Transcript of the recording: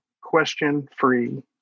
question-free